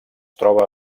troba